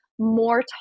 More